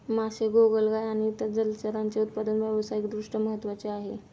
मासे, गोगलगाय आणि इतर जलचरांचे उत्पादन व्यावसायिक दृष्ट्या महत्त्वाचे आहे